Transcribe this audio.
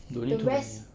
don't need too many ah